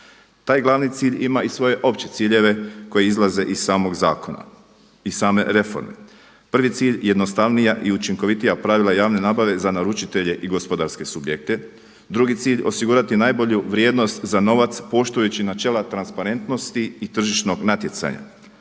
Taj glavni cilj ima i svoje opće ciljeve koji izlaze iz samog zakona i same reforme. Prvi cilj jednostavnija i učinkovitija pravila javne nabave za naručitelje i gospodarske subjekte, drugi cilj osigurati najbolju vrijednost za novac poštujući načela transparentnosti i tržišnog natjecanja,